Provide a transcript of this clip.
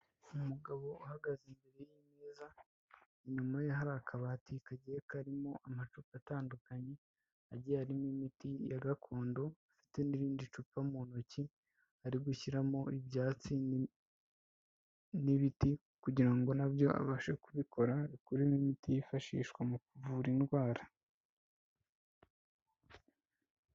Umugabo uhagaze imbere y'imeza, inyuma ye hari akabati kagiye karimo amacupa atandukanye agiye arimo imiti ya gakondo, afite n'irindi cupa mu ntoki ari gushyiramo ibyatsi n'ibiti kugira ngo na byo abashe kubikora abikuremo imiti yifashishwa mu kuvura indwara.